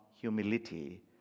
humility